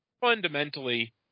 Fundamentally